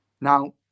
Now